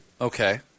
Okay